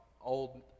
Old